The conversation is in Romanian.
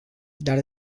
dar